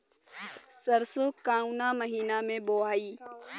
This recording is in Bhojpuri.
सरसो काउना महीना मे बोआई?